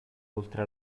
oltre